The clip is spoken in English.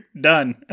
done